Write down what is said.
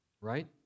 right